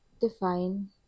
define